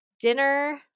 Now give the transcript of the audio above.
dinner